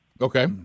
Okay